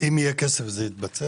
אם יהיה כסף, זה יתבצע?